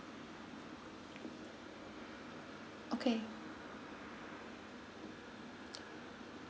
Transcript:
okay